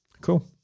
Cool